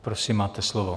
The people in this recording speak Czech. Prosím, máte slovo.